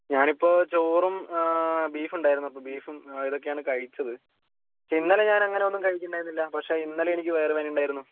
ഞാനിപ്പോൾ ചോറും ബീഫ് ഉണ്ടായിരുന്നു അപ്പോൾ ബീഫും ഇതൊക്കെയാണ് കഴിച്ചത് പക്ഷേ ഇന്നലെ ഞാനങ്ങനെ ഒന്നും കഴിച്ചിട്ടുണ്ടായിരുന്നില്ല പക്ഷേ ഇന്നലെ എനിക്ക് വയർ വേദന ഉണ്ടായിരുന്നു